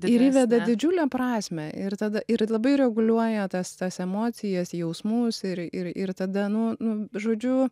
ir įveda didžiulę prasmę ir tada ir labai reguliuoja tas tas emocijas jausmus ir ir ir tada nu nu žodžiu